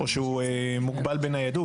או שהוא מוגבל בניידות.